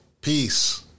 Peace